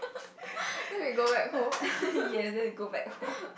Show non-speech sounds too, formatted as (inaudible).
(laughs) yes then we go back home